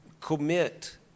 commit